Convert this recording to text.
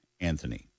Anthony